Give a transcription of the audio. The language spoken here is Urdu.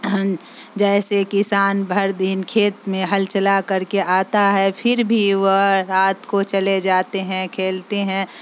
ہم جیسے کسان بھر دن کھیت میں ہل چلا کر کے آتا ہے پھر بھی وہ رات کو چلے جاتے ہیں کھیلتے ہیں